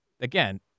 Again